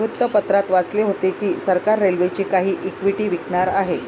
वृत्तपत्रात वाचले होते की सरकार रेल्वेची काही इक्विटी विकणार आहे